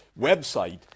website